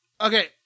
Okay